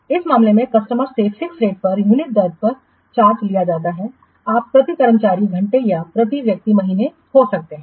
तो इस मामले में कस्टमर से फिक्स रेट पर यूनिट दर पर चार्ज लिया जाता है आप प्रति कर्मचारी घंटे या प्रति व्यक्ति महीने हो सकते हैं